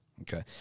Okay